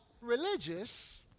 religious